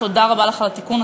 תודה רבה לך על התיקון.